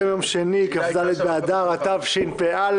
על